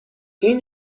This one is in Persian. این